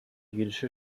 jüdische